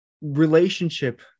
relationship